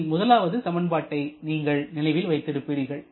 இதில் முதலாவது சமன்பாட்டை நீங்கள் நினைவில் வைத்திருப்பீர்கள்